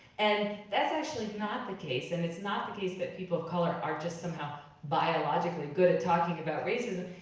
and that's actually not the case, and it's not the case that people of color are just somehow biologically good at talking about racism,